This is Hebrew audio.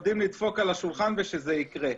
יודעים לדפוק על השולחן ושזה יקרה.